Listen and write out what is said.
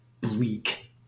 bleak